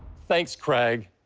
thanks, craig.